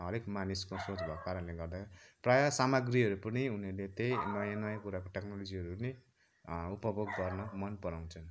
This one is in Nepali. हरेक मानिसको सोच भएको कारणले गर्दा प्राय सामग्रीहरू पनि उनाहरूले त्यही नयाँ नयाँ कुराहरू टेक्नोलोजीहरू नै उपभोग गर्न मन पराउँछन्